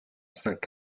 cinq